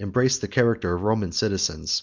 embraced the character of roman citizens